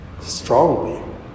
strongly